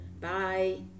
Bye